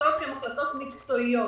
החלטות מקצועיות.